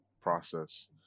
process